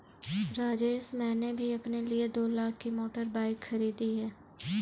राजेश मैंने भी अपने लिए दो लाख की मोटर बाइक खरीदी है